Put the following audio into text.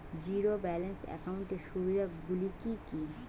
Zero balance একাউন্টের সুবিধা গুলি কি কি?